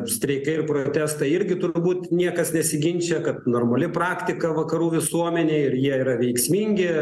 streikai ir protestai irgi turbūt niekas nesiginčija kad normali praktika vakarų visuomenėj ir jie yra veiksmingi